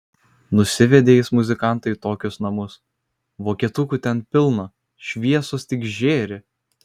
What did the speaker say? nusivedė jis muzikantą į tokius namus vokietukų ten pilna šviesos tik žėri